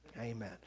Amen